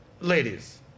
ladies